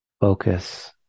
focus